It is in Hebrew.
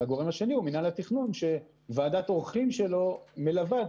והגורם שני הוא מינהל התכנון שוועדת העורכים שלו מלווה את